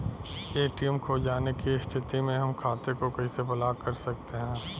ATM खो जाने की स्थिति में हम खाते को कैसे ब्लॉक कर सकते हैं?